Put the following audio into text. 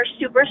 super